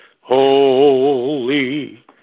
Holy